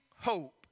hope